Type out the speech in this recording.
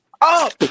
up